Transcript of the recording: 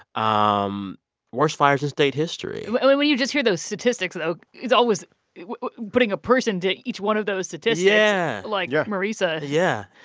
um worst fires in state history when you just hear those statistics though, it's always putting a person to each one of those statistics. yeah. like yeah marissa yeah